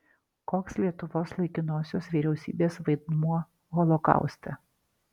koks lietuvos laikinosios vyriausybės vaidmuo holokauste